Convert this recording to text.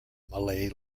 malay